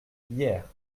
hyères